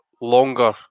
longer